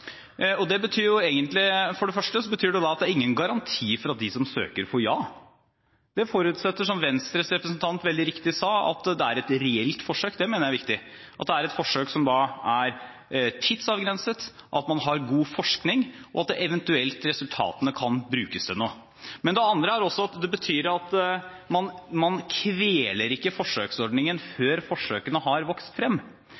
Det betyr for det første at det ikke er noen garanti for at de som søker, får ja. Det forutsetter, som Venstres representant veldig riktig sa, at det er et reelt forsøk – det mener jeg er viktig – at det er et forsøk som er tidsavgrenset, at man har god forskning, og at resultatene eventuelt kan brukes til noe. Men det betyr også at man ikke kveler forsøksordningen før forsøkene har vokst frem. Det